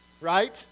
right